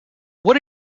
what